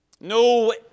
no